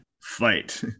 fight